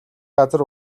газар